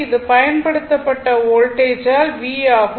இது பயன்படுத்தப்பட்ட வோல்டேஜால் V ஆகும்